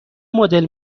مدل